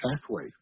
pathway